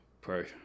pro